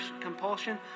compulsion